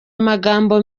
amagambo